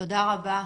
תודה רבה.